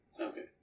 Okay